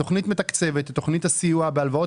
התוכנית מתקצבת את תוכנית הסיוע בהלוואות